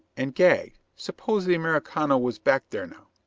and gagged? suppose the americano was back there now?